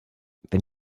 wenn